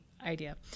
idea